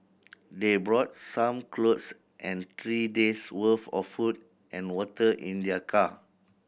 they brought some clothes and three days worth of food and water in their car